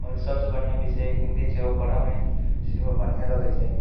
आओर सभसँ बढ़िआँ विषय हिन्दी छै ओ पढ़यमे सेहो बढ़िआँ लगैत छै